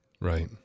right